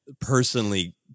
personally